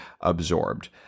absorbed